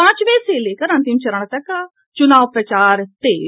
पांचवें से लेकर अंतिम चरण तक का चुनाव प्रचार तेज